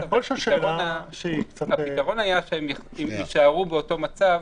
הפתרון היה שהם יישארו באותו מצב